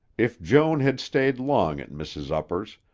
if joan had stayed long at mrs. upper's,